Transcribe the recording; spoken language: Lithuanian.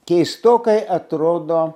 keistokai atrodo